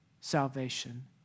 salvation